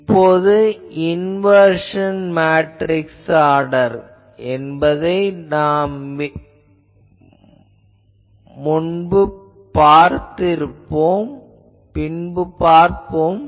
இப்போது inversion matrix order என்பதை நாம் பின்பு பார்ப்போம்